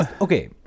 Okay